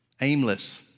Aimless